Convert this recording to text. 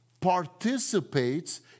Participates